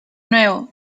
nuevo